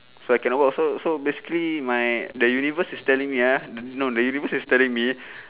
so I cannot work also so basically my the universe is telling me ah no the universe is telling me